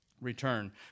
Return